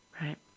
Right